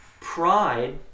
Pride